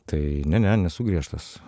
tai ne ne nesu griežtas